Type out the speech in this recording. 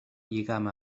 lligam